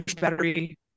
battery